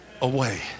away